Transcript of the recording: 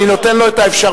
אני נותן לו את האפשרות,